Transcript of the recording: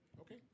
Okay